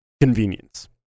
Convenience